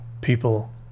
people